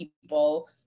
people